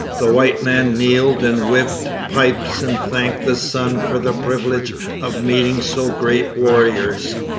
the white man kneeled and whiffed pipes and thanked the sun for the privilege of meeting so great warriors,